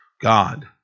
God